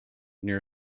near